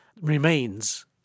remains